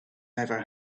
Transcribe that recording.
never